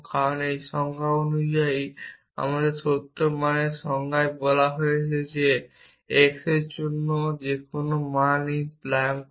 কারণ এই সংজ্ঞা অনুসারে সত্য মানের সংজ্ঞায় বলা হয়েছে যে আমি x এর জন্য যেকোনো মান প্লাগ ইন করি